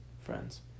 friends